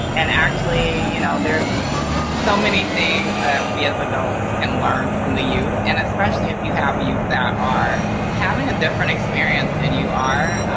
and actually, you know there's so many things that we as adults can learn from the youth, and especially if you have youth that are having a different experience than you are,